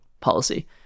policy